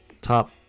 top